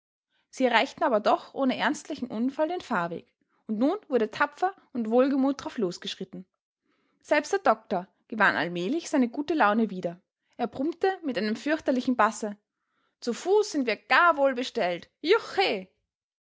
sie erreichten aber doch ohne ernstlichen unfall den fahrweg und nun wurde tapfer und wohlgemut drauf losgeschritten selbst der doktor gewann allmählich seine gute laune wieder er brummte mit einem fürchterlichen basse zu fuß sind wir gar wohl bestellt